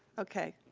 okay.